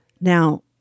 Now